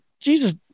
Jesus